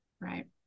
Right